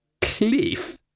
Cliff